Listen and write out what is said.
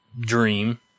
Dream